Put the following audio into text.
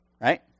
Right